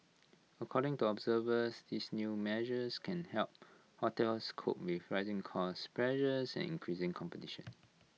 according to observers these new measures can help hotels cope with rising cost pressures and increasing competition